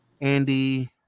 Andy